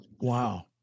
Wow